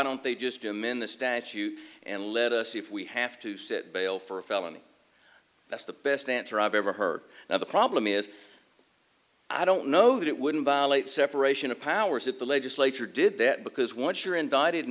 don't they just him in the statue and let us see if we have to sit bail for a felony that's the best answer i've ever heard of the problem is i don't know that it wouldn't violate separation of powers that the legislature did that because once you're indicted